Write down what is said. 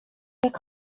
jak